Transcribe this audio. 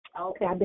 okay